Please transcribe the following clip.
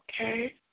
Okay